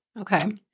Okay